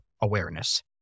awareness